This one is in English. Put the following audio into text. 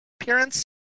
appearance